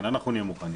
כן, אנחנו נהיה מוכנים.